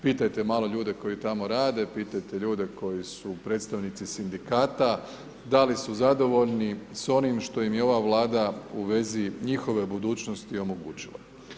Pitajte malo ljude koji tamo rade, pitajte ljude koji su predstavnici sindikata, da li su zadovoljni s onim što im je ova Vlada u vezi njihove budućnosti omogućila.